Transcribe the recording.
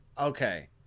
Okay